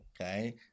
Okay